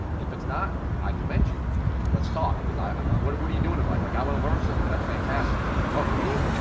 if it's not, i commend you can, let's talk, cause what what are you doing in life? like i want to learn from you, that's fantastic. but for me,